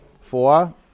Four